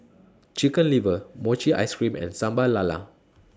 Chicken Liver Mochi Ice Cream and Sambal Lala